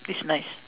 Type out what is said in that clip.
it's nice